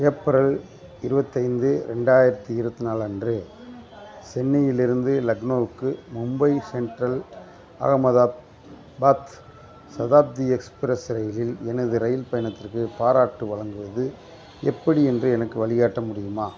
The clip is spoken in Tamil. ஏப்ரல் இருபத்தைந்து ரெண்டாயிரத்தி இருபத்தி நாலு அன்று சென்னையிலிருந்து லக்னோவுக்கு மும்பை சென்ட்ரல் அகமதாபாத் சதாப்தி எக்ஸ்ப்ரஸ் ரயிலில் எனது இரயில் பயணத்திற்கு பாராட்டு வழங்குவது எப்படி என்று எனக்கு வழிகாட்ட முடியுமா